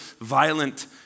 violent